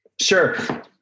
Sure